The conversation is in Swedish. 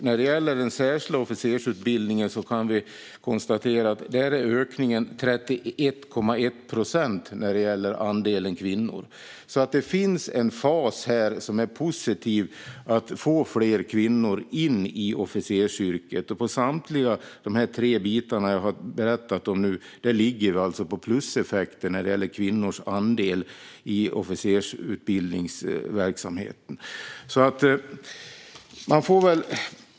Vad gäller den särskilda officersutbildningen är ökningen 31,1 procent när det gäller andelen kvinnor. Det finns alltså en positiv fas när det handlar om att få in fler kvinnor i officersyrket. Inom samtliga de tre delar som jag nu har berättat om ligger vi på plus när det gäller kvinnors andel på offersutbildningarna.